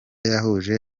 yahuje